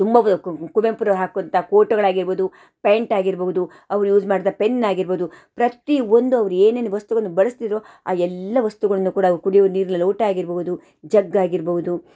ತುಂಬ ಕು ಕುವೆಂಪು ಹಾಕುವಂಥ ಕೋಟುಗಳಾಗಿರ್ಬೋದು ಪ್ಯಾಂಟ್ ಆಗಿರಬಹುದು ಅವ್ರು ಯೂಸ್ ಮಾಡಿದ ಪೆನ್ ಆಗಿರ್ಬೋದು ಪ್ರತಿ ಒಂದು ಅವ್ರೇನೇನು ವಸ್ತುಗಳನ್ನು ಬಳಸ್ತಿದ್ದರು ಆ ಎಲ್ಲ ವಸ್ತುಗಳನ್ನು ಕೂಡ ಅವ್ರು ಕುಡಿಯುವ ನೀರಿನ ಲೋಟ ಆಗಿರಬಹುದು ಜಗ್ ಆಗಿರ್ಬೌದು